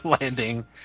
landing